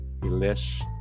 Elish